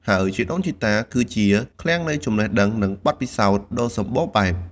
ហើយជីដូនជីតាគឺជាឃ្លាំងនៃចំណេះដឹង និងបទពិសោធន៍ដ៏សម្បូរបែប។